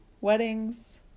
weddings